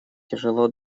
тяжело